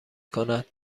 کند